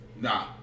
Nah